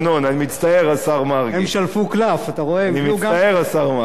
אני מצטער, השר מרגי.